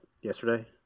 Yesterday